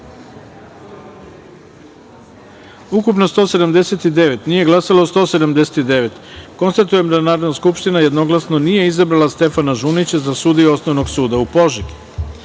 ukupno – 179, nije glasalo – 179.Konstatujem da Narodna skupština jednoglasno nije izabrala Stefana Žunića za sudiju Osnovnog suda u Požegi.9.